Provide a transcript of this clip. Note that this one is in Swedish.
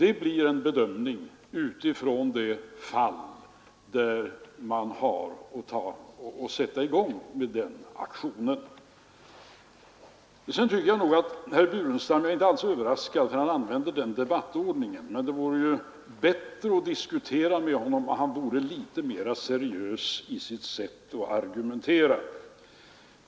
Det blir en bedömning med hänsyn till det läge där man skall sätta i gång aktionen. Vidare tycker jag nog att det vore lättare att diskutera med herr Burenstam Linder — även om jag inte alls är överraskad, ty han brukar använda en sådan debattordning — om han vore litet mera seriös i sitt sätt att argumentera.